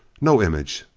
no image.